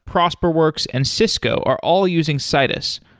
prosperworks and cisco are all using citus,